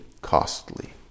costly